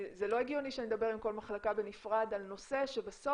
זה לא הגיוני שאני אדבר על כל מחלקה בנפרד על נושא שבסוף